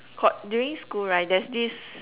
got during school right that this